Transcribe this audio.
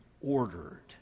ordered